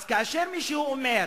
אז כאשר מישהו אומר: